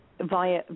via